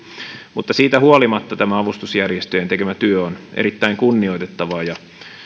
mutta siitä huolimatta tämä avustusjärjestöjen tekemä työ on erittäin kunnioitettavaa ja